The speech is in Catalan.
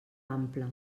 ampla